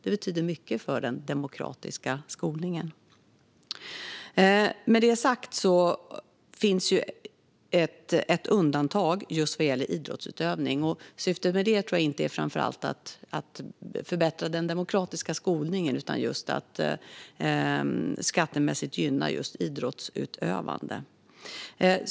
Det betyder mycket för den demokratiska skolningen. Med detta sagt finns det ju ett undantag just vad gäller idrottsutövning. Syftet med det tror jag inte framför allt är att förbättra den demokratiska skolningen utan att skattemässigt gynna idrottsutövande.